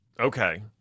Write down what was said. Okay